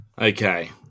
Okay